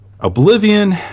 Oblivion